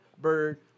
bird